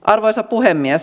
arvoisa puhemies